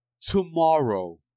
tomorrow